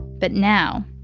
but now,